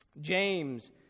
James